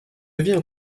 devient